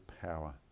power